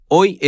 Hoy